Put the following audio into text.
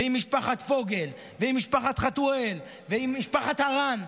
ועם משפחת פוגל ועם משפחת חטואל ועם משפחת ארן,